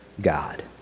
God